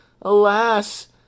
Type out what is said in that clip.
alas